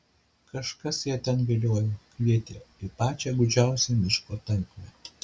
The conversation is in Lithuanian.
kažkas ją ten viliojo kvietė į pačią gūdžiausią miško tankmę